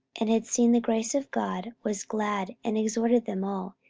and had seen the grace of god, was glad, and exhorted them all,